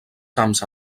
camps